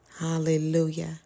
Hallelujah